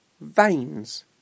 Veins